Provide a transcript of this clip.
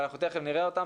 ואנחנו תיכף נראה אותם,